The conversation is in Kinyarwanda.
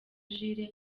jules